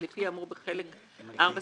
לפי המאוחר,